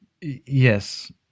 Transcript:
Yes